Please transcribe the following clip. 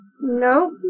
Nope